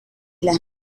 las